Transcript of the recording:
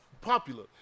popular